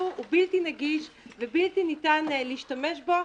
הוא בלתי נגיש ובלתי ניתן להשתמש בו.